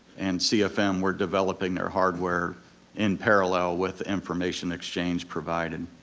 and cfm were developing their hardware in parallel with information exchange provided.